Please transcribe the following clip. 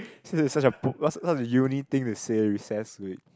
so it's such a book what a uni thing to say recess week